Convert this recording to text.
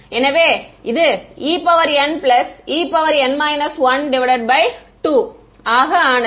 எனவே இது En En 12 ஆக ஆனது